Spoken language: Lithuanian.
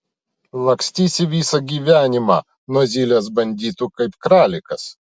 lakstysi visą gyvenimą nuo zylės banditų kaip kralikas